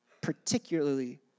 particularly